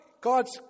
God's